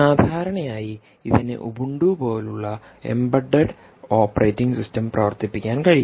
സാധാരണയായി ഇതിന് ഉബുണ്ടു പോലുള്ള എംബഡഡ് ഓപ്പറേറ്റിംഗ് സിസ്റ്റം പ്രവർത്തിപ്പിക്കാൻ കഴിയും